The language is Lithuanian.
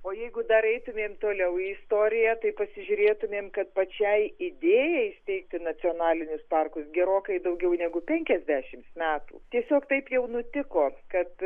o jeigu dar eitumėm toliau į istoriją tai pasižiūrėtumėm kad pačiai idėjai steigti nacionalinius parkus gerokai daugiau negu penkiasdešimt metų tiesiog taip jau nutiko kad